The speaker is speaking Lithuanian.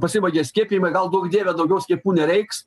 pasivagia skiepijimai gal duok dieve daugiau skiepų nereiks